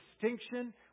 distinction